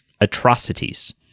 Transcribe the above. atrocities